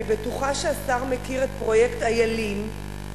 אני בטוחה שהשר מכיר את פרויקט "איילים",